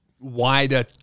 wider